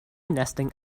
nesting